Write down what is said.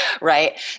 right